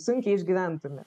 sunkiai išgyventume